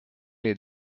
les